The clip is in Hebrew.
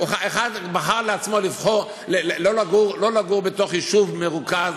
אחד בחר לעצמו לא לגור בתוך יישוב מרוכז,